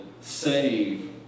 save